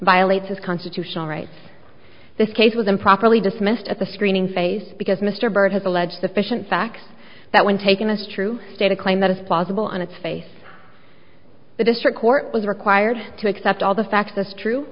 violates his constitutional rights this case was improperly dismissed at the screening face because mr byrd has alleged the fission facts that when taken this true state a claim that it's possible on its face the district court was required to accept all the facts as true